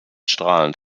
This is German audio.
strahlend